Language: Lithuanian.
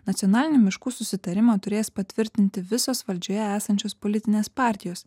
nacionalinį miškų susitarimą turės patvirtinti visos valdžioje esančios politinės partijos